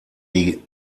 die